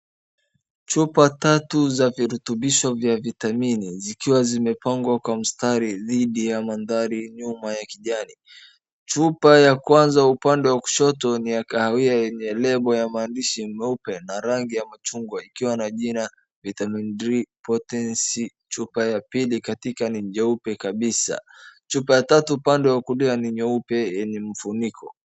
Chupa tatu za virutubisho za vitamini zikiwa zimepangwa kwa mstari dhidi ya mandhari nyuma ya kijani. Chupa ya kwanza upande wa kushoto ni ya kahawia yenye label ya maandishi meupe na rangi ya machungwa ikiwa na majina Vitamin D potency . Chupa ya pili katika ni jeupe kabisa, chupa ya tatu upande wa kulia ni nyeupe yenye mfuniko.